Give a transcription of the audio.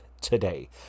today